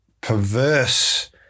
perverse